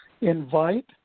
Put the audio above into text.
invite